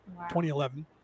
2011